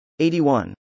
81